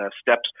steps